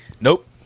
Nope